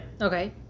Okay